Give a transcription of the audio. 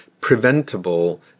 preventable